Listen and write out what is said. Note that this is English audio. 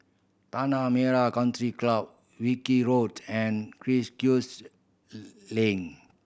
Tanah Merah Country Club Wilkie Road and Link